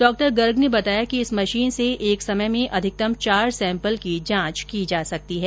डॉ गर्ग ने बताया कि इस मशीन से एक समय में अधिकतम चार सैम्पल की जांच की जा सकती है